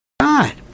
God